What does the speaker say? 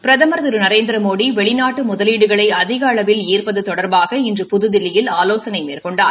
பிரதமர் திரு நரேந்திரமோடி வெளிநாட்டு முதலீடுகளை அதிக அளவில் ஈர்ப்பது தொடர்பாக இன்று புதுதில்லியல் ஆலோசனை மேற்கொண்டார்